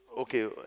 Okay